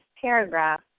paragraph